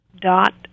Dot